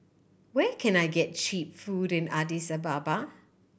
where can I get cheap food in Addis Ababa